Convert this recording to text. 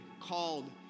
called